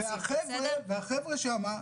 זה רחוק לו להגיע לכאן?